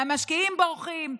המשקיעים בורחים,